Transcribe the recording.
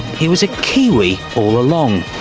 he was a kiwi all along.